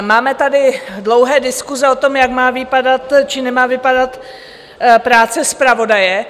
Máme tady dlouhé diskuse o tom, jak má vypadat či nemá vypadat práce zpravodaje.